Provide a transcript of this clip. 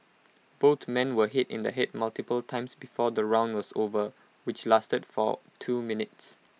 both men were hit in the Head multiple times before the round was over which lasted for two minutes